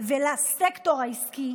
ולסקטור העסקי.